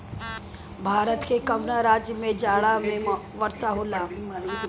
भारत के कवना राज्य में जाड़ा में वर्षा होला?